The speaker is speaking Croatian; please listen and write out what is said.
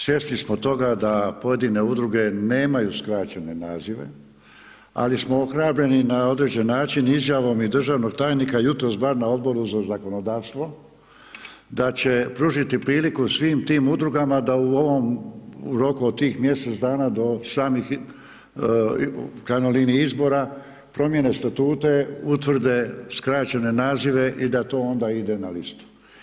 Svjesni smo toga, da pojedine udruge nemaju skraćene nazive, ali smo ohrabljeni na određeni način izjavom i državnog tajnika, jutros bar na Odboru za zakonodavstvo, da će pružiti priliku svim tim udrugama da u ovom roku od tih mjesec dana do, samih tih, u krajnjoj liniji izbora, promjene statute, utvrde skraćene nazive i da to onda ide na listu.